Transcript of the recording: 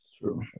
True